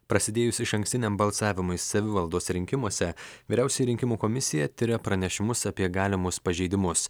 prasidėjus išankstiniam balsavimui savivaldos rinkimuose vyriausioji rinkimų komisija tiria pranešimus apie galimus pažeidimus